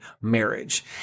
marriage